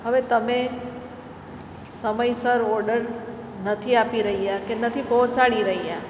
હવે તમે સમયસર ઓડર નથી આપી રહ્યા કે નથી પહોંચાડી રહ્યા